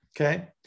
okay